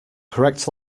correct